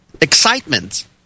excitement